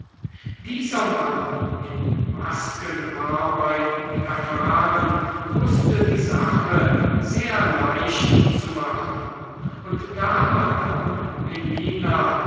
dieser mann in maskenarbeiten erfahren wußte die sache sehr leicht zu machen und da madame melina